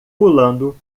pulando